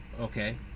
Okay